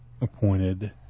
appointed